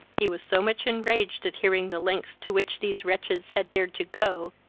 he was so much enraged at hearing the lengths to which these wretches had dared to go,